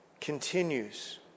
continues